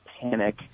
panic